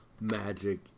magic